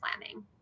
planning